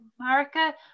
America